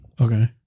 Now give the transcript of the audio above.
Okay